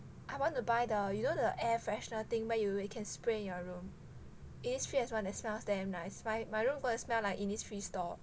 I want to buy the you know the air freshener thing where you you can spray your room Innisfree has one that smells damn nice my my room gonna smell like Innisfree store